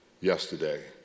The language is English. yesterday